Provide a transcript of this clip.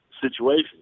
situation